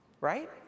right